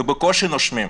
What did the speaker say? ובקושי נושמים.